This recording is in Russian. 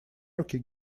руки